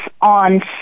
on